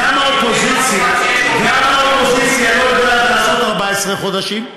גם האופוזיציה לא יודעת לעשות 14 חודשים,